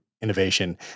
innovation